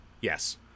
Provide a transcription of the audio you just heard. Yes